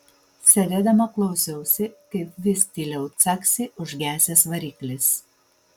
sėdėdama klausiausi kaip vis tyliau caksi užgesęs variklis